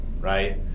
right